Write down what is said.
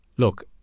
Look